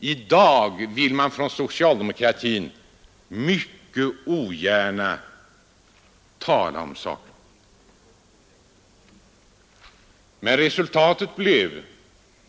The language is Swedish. I dag vill man inom socialdemokratin ogärna tala om saken. Resultatet blev